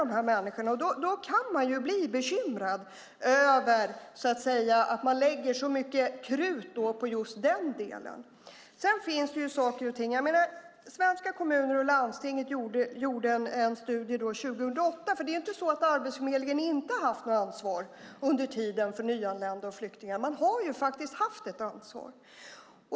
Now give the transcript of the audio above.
Då kan man bli bekymrad över att så mycket krut läggs på just den delen. Sveriges Kommuner och Landsting gjorde en studie 2008. Det är alltså inte så att Arbetsförmedlingen under tiden inte haft något ansvar för nyanlända och flyktingar - man har faktiskt haft ett ansvar.